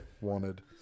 Wanted